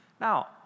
Now